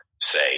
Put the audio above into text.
say